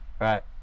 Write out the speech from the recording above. Right